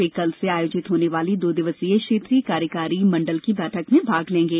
वे कल से आयोजित होने वाली दो दिवसीय क्षेत्रीय कार्यकारी मंडल की बैठक में भाग लेंगे